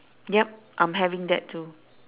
yup I'm having that too